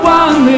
one